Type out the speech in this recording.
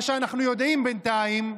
מה שאנחנו יודעים בינתיים,